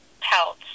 pelt